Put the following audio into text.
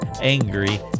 angry